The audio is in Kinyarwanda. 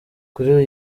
kuri